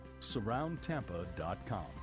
surroundtampa.com